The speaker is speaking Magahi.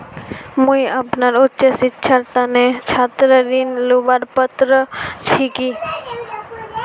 मुई अपना उच्च शिक्षार तने छात्र ऋण लुबार पत्र छि कि?